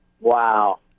Wow